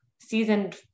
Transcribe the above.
seasoned